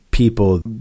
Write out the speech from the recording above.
people